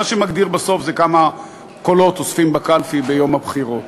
מה שמגדיר בסוף זה כמה קולות אוספים בקלפי ביום הבחירות.